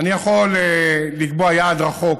אני יכול לקבוע יעד רחוק.